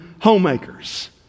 homemakers